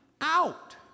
out